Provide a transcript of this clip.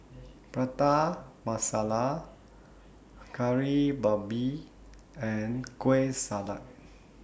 Prata Masala Kari Babi and Kueh Salat